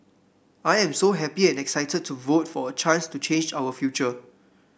I am so happy and excited to vote for a chance to change our future